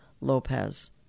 Lopez